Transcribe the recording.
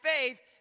faith